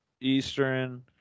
Eastern